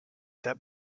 that